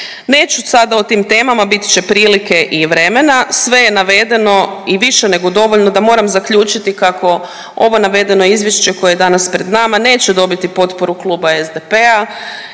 Neću sada o tim temama, bit će prilike i vremena. Sve je navedeno i više nego dovoljno da moram zaključiti kako ovo navedeno izvješće koje je danas pred nama neće dobiti potporu kluba SDP-a,